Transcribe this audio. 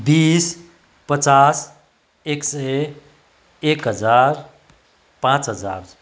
बिस पचास एक सय एक हजार पाँच हजार